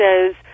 says